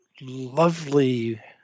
lovely